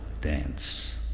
dance